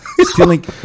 stealing